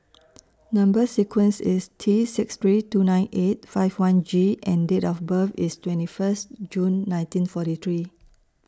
Number sequence IS T six three two nine eight five one G and Date of birth IS twenty First June nineteen forty three